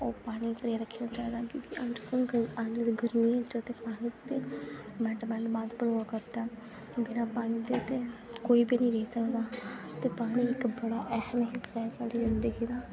ओह् पानी भरियै रखी उड़ना चाहिदा कि अजकल्ल पानी ते गर्मियें पानी ते मैटामालिजम बिना पानी दे ते कोई बी निं जी सकदा ते पानी इक बड़ा ऐह्म साढ़ी जिंदगी दा